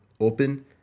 open